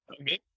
Okay